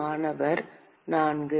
மாணவர் 4